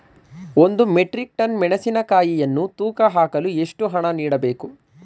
ಒಂದು metric tonne ಮೆಣಸಿನಕಾಯಿಯನ್ನು ತೂಕ ಹಾಕಲು ಎಷ್ಟು ಹಣ ನೀಡಬೇಕು?